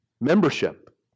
Membership